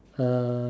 uh